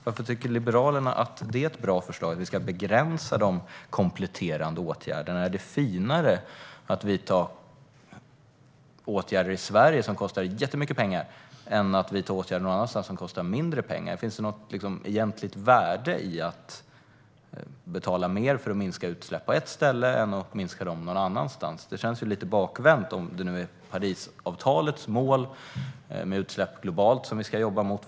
Varför tycker Liberalerna att det är ett bra förslag att vi ska begränsa de kompletterande åtgärderna? Är det finare att vidta åtgärder i Sverige som kostar jättemycket pengar än att vidta åtgärder någon annanstans som kostar mindre pengar? Finns det något egentligt värde i att betala mer för att minska utsläpp på ett ställe än att minska dem någon annanstans? Det känns lite bakvänt om det nu är Parisavtalets mål att minska utsläpp globalt som vi ska jobba mot.